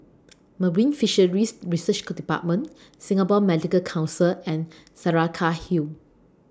Marine Fisheries Research department Singapore Medical Council and Saraca Hill